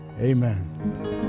Amen